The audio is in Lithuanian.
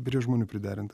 prie žmonių priderinta